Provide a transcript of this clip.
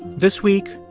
this week,